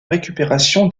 récupération